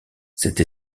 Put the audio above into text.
cette